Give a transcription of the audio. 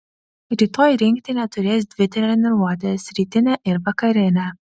rytoj rinktinė turės dvi treniruotes rytinę ir vakarinę